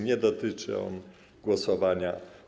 Nie dotyczył on głosowania.